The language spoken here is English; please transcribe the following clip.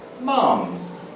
moms